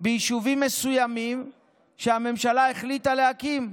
ביישובים מסוימים שהממשלה החליטה להקים,